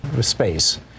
space